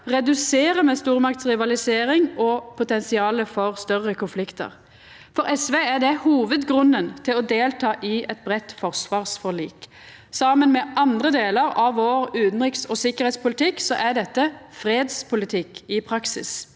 reduserer me stormaktsrivalisering og potensialet for større konfliktar. For SV er det hovudgrunnen til å delta i eit breitt forsvarsforlik. Saman med andre delar av vår utanriks- og sikkerheitspolitikk er dette fredspolitikk i praksis.